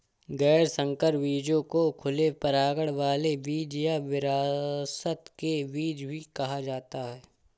गैर संकर बीजों को खुले परागण वाले बीज या विरासत के बीज भी कहा जाता है